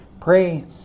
pray